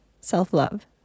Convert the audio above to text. self-love